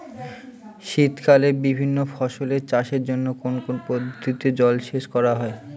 শীতকালে বিভিন্ন ফসলের চাষের জন্য কোন কোন পদ্ধতিতে জলসেচ করা হয়?